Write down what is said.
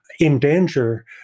endanger